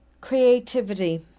Creativity